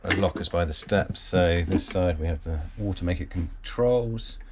and lockers by the steps, so this side we have the watermaker controls,